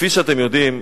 כפי שאתם יודעים,